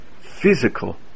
physical